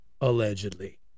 allegedly